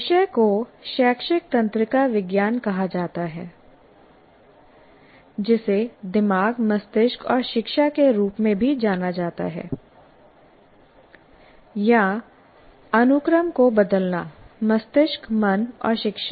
विषय को शैक्षिक तंत्रिका विज्ञान कहा जाता है जिसे दिमाग मस्तिष्क और शिक्षा के रूप में भी जाना जाता है या अनुक्रम को बदलना मस्तिष्क मन और शिक्षा